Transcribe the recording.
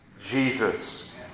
Jesus